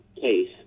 case